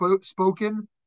spoken